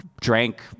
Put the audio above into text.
drank